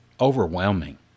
overwhelming